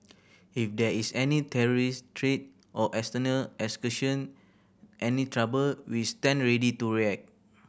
if there is any terrorist threat or external any trouble we stand ready to react